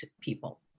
people